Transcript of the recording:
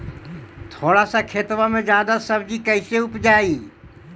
थोड़ा सा खेतबा में जादा सब्ज़ी कैसे उपजाई?